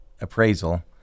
Appraisal